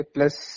Plus